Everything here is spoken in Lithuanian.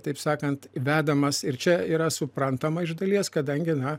taip sakant vedamas ir čia yra suprantama iš dalies kadangi na